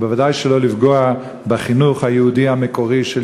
ובוודאי שלא לפגוע בחינוך היהודי המקורי של